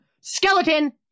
Skeleton